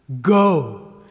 Go